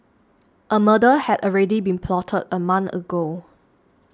a murder had already been plotted a month ago